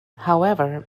however